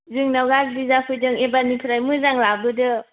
जोंनाव गाज्रि जाफैदों एबारनिफ्राय मोजां लाबोदो